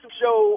show